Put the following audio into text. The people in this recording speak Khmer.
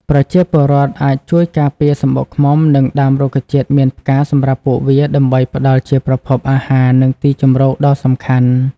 ប្រជាពលរដ្ឋអាចជួយការពារសម្បុកឃ្មុំ និងដាំរុក្ខជាតិមានផ្កាសម្រាប់ពួកវា ដើម្បីផ្ដល់ជាប្រភពអាហារ និងទីជម្រកដ៏សំខាន់។